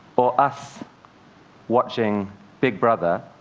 or us watching big brother,